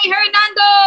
Hernando